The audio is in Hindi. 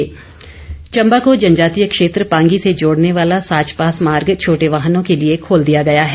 दर्रा चम्बा को जनजातीय क्षेत्र पांगी से जोड़ने वाला साच पास मार्ग छोटे वाहनों के लिए खोल दिया गया है